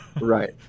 Right